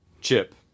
Chip